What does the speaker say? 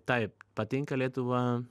taip patinka lietuva